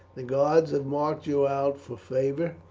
the gods have marked you out for favour,